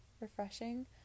refreshing